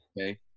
okay